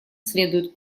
следует